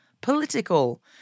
political